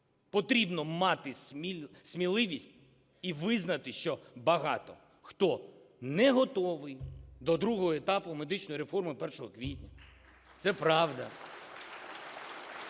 Потрібно мати сміливість і визнати, що багато хто не готовий до другого етапу медичної реформи 1 квітня. Це правда.